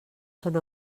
són